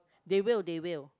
they will they will